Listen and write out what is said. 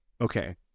Okay